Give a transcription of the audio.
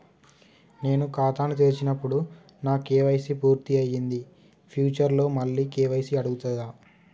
నేను ఖాతాను తెరిచినప్పుడు నా కే.వై.సీ పూర్తి అయ్యింది ఫ్యూచర్ లో మళ్ళీ కే.వై.సీ అడుగుతదా?